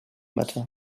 matter